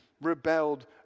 rebelled